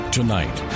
Tonight